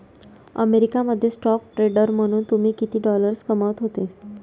America मध्ये stock trader म्हणून तुम्ही किती डॉलर्स कमावत होते